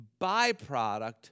byproduct